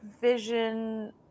vision